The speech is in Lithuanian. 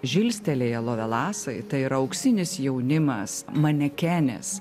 žilstelėję lovelasai tai yra auksinis jaunimas manekenės